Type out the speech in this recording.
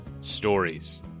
stories